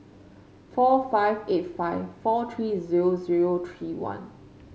four five eight five four three zero zero three one